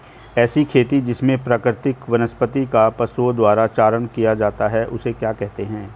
ऐसी खेती जिसमें प्राकृतिक वनस्पति का पशुओं द्वारा चारण किया जाता है उसे क्या कहते हैं?